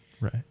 Right